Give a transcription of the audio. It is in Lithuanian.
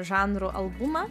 žanrų albumą